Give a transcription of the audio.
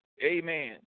Amen